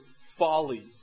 folly